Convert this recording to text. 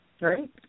Right